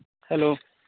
hello